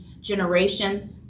generation